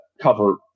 Cover